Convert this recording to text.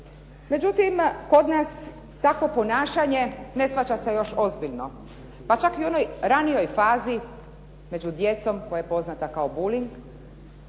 Međutim, kod nas takvo ponašanje ne shvaća se još ozbiljno, pa čak i u onoj ranijoj fazi među djecom, koja je poznata kao bulling,